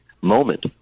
moment